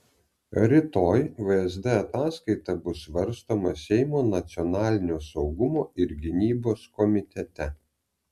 rytoj vsd ataskaita bus svarstoma seimo nacionalinio saugumo ir gynybos komitete